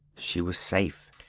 she was safe.